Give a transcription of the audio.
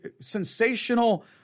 sensational